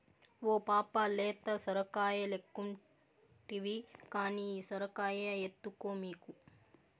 ఓ పాపా లేత సొరకాయలెక్కుంటివి కానీ ఈ సొరకాయ ఎత్తుకో మీకు